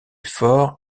fort